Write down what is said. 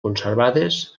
conservades